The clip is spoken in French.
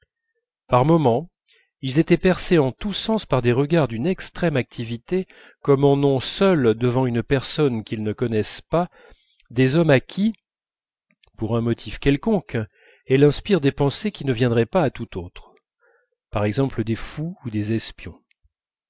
par moments ils étaient percés en tous sens par des regards d'une extrême activité comme en ont seuls devant une personne qu'ils ne connaissent pas des hommes à qui pour un motif quelconque elle inspire des pensées qui ne viendraient pas à tout autre par exemple des fous ou des espions